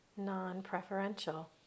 non-preferential